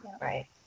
Right